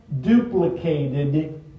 duplicated